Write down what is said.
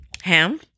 ham